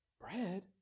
Bread